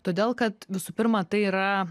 todėl kad visų pirma tai yra